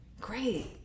Great